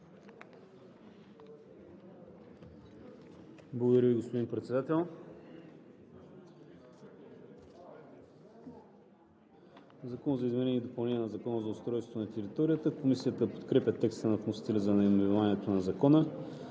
Благодаря Ви, господин Председател. „Закон за изменение и допълнение на Закона за устройство на територията“. Комисията подкрепя текста на вносителя за наименованието на Закона.